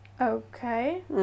okay